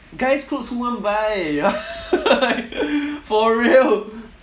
guy's clothes who want buy for real